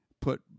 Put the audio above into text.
put